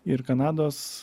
ir kanados